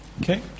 Okay